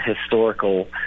historical